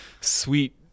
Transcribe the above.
sweet